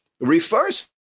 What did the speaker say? refers